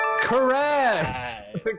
Correct